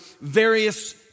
various